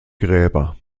gräber